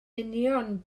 union